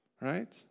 right